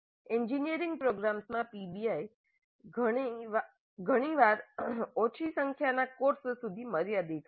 engineering પ્રોગ્રામ્સમાં PBL ઘણી વાર ઓછા સંખ્યાના કોર્સ સુધી મર્યાદિત હોય છે